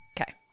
Okay